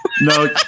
no